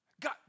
God